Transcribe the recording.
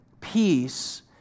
peace